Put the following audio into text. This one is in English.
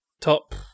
top